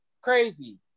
crazy